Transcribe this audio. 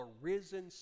risen